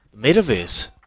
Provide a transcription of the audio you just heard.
Metaverse